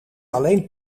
alleen